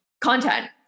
content